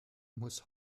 muss